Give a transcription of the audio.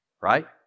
Right